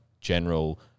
general